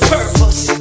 Purpose